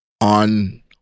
on